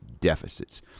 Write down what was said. deficits